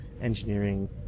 engineering